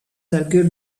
circuit